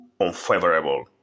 unfavorable